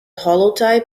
holotype